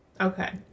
Okay